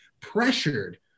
pressured